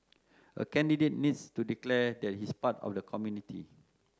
a candidate needs to declare that he's part of the community